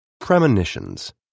Premonitions